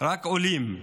רק עולים,